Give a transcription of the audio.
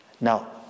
Now